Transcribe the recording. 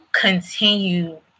continue